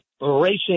racing